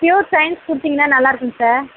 pure science கொடுத்தீங்கன்னா நல்லா இருக்குங்க சார்